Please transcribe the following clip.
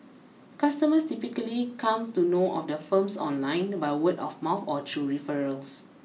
customers typically come to know of the firms online by word of mouth or through referrals